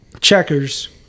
Checkers